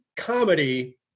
comedy